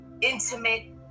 intimate